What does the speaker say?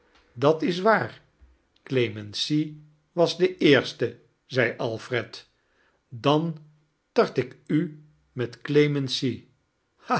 dat is waar clemency was de aerate zei alfred dan tart ik u met clemency